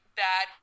bad